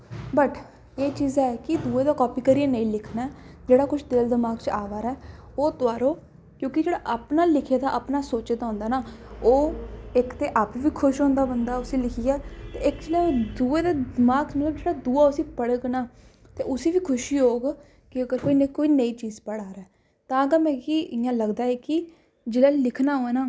but एह् चीज़ ऐ कि दुए दा कापी करियै नेईं लिखना ऐ जेह्ड़ा कुछ दिल दमाग च अ'वा दा ऐ ओह् तोआरो क्योंकि जेह्ड़ा अपना लिखे दा अपने सोचे दा होंदा ना ओह् इक ते आपूं बी खुश होंदा बंदा उस्सी लिखियै इक ना दुए दे दमाग च जेह्ड़ा दुआ उस्सी पढ़ग ना ते उस्सी बी खुशी होग कि लग्गग कोई नमीं चीज़ पढ़ा दा ऐ तां गै मिगी इ'यां लगदा ऐ कि जेह्ड़ा लिखना होऐ ना